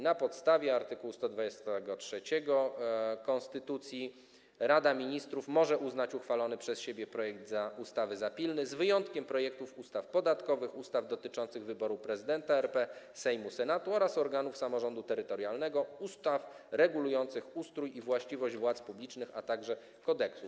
Na podstawie art. 123 konstytucji Rada Ministrów może uznać uchwalony przez siebie projekt ustawy za pilny, z wyjątkiem projektów ustaw podatkowych, ustaw dotyczących wyboru prezydenta RP, Sejmu, Senatu oraz organów samorządu terytorialnego, ustaw regulujących ustrój i właściwość władz publicznych, a także kodeksów.